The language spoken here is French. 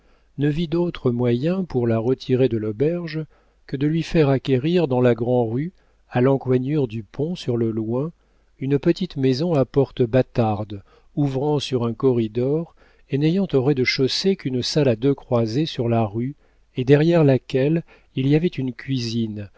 ne vit d'autre moyen pour la retirer de l'auberge que de lui faire acquérir dans la grand'rue à l'encoignure du pont sur le loing une petite maison à porte bâtarde ouvrant sur un corridor et n'ayant au rez-de-chaussée qu'une salle à deux croisées sur la rue et derrière laquelle il y avait une cuisine